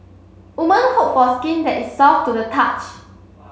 woman hope for skin that is soft to the touch